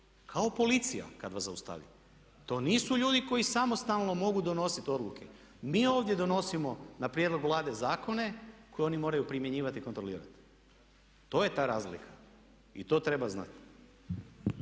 kao policija kad vas zaustavi. To nisu ljudi koji samostalno mogu donositi odluke. Mi ovdje donosimo na prijedlog Vlade zakone koji oni moraju primjenjivati i kontrolirat. To je ta razlika. I to treba znati.